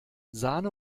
sahne